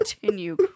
Continue